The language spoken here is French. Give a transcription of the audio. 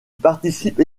participe